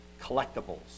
collectibles